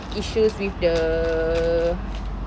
issues with the